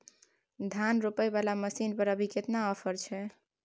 धान रोपय वाला मसीन पर अभी केतना ऑफर छै?